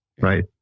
right